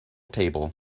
table